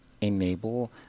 enable